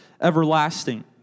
everlasting